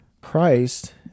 Christ